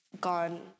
gone